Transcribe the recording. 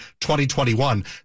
2021